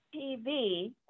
TV